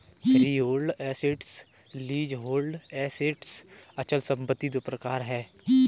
freehold assets, leasehold assets अचल संपत्ति दो प्रकार है